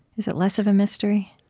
is it less of a mystery?